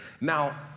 Now